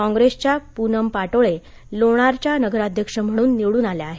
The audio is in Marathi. कॉप्रेसच्या पूनम पाटोळे लोणारच्या नगराध्यक्ष म्हणून निवडून आल्या आहेत